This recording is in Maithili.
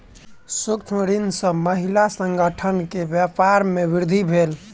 सूक्ष्म ऋण सॅ महिला संगठन के व्यापार में वृद्धि भेल